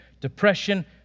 depression